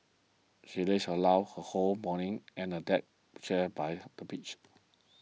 she lazed her loud her whole morning and a deck chair by the beach